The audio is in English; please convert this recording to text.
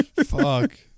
Fuck